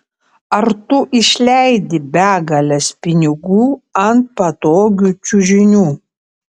ar tu išleidi begales pinigų ant patogių čiužinių